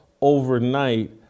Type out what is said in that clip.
overnight